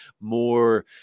more